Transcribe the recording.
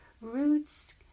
Roots